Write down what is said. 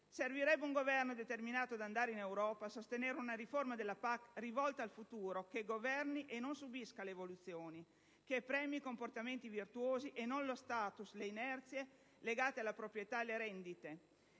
Servirebbe un Governo determinato ad andare in Europa a sostenere una riforma della PAC rivolta al futuro; che governi e non subisca le evoluzioni; che premi i comportamenti virtuosi e non lo *status*, le inerzie legate alla proprietà e alle rendite;